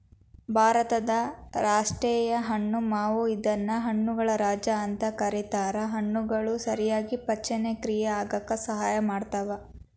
ಭಾರತದ ರಾಷ್ಟೇಯ ಹಣ್ಣು ಮಾವು ಇದನ್ನ ಹಣ್ಣುಗಳ ರಾಜ ಅಂತ ಕರೇತಾರ, ಹಣ್ಣುಗಳು ಸರಿಯಾಗಿ ಪಚನಕ್ರಿಯೆ ಆಗಾಕ ಸಹಾಯ ಮಾಡ್ತಾವ